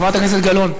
חברת הכנסת גלאון,